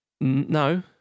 No